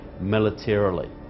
militarily